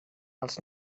als